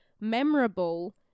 memorable